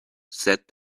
said